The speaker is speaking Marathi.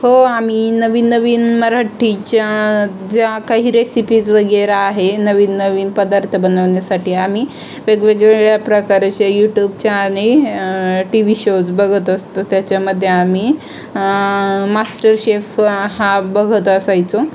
हो आम्ही नवीन नवीन मराठीच्या ज्या काही रेसिपीज वगैरे आहे नवीन नवीन पदार्थ बनवण्यासाठी आम्ही वेगवेगवेगळ्या प्रकारचे यूट्यूबच्या आणि टी व्ही शोज बघत असतो त्याच्यामध्ये आम्ही मास्टर शेफ हा बघत असायचो